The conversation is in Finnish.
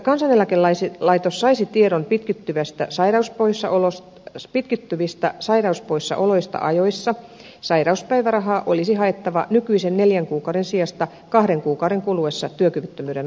jotta kansaneläkelaitos saisi tiedon pitkittyvistä sairauspoissaoloista ajoissa sairauspäivärahaa olisi haettava nykyisen neljän kuukauden sijasta kahden kuukauden kuluessa työkyvyttömyyden alkamisesta